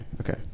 okay